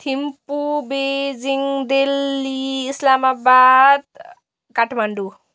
Thimphu Beijing Delhi Islamabad Kathmandu